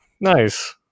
nice